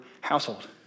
household